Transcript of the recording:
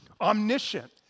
omniscient